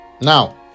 Now